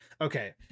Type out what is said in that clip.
okay